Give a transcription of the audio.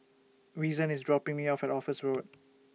Reason IS dropping Me off At Office Road